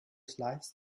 slides